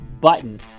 button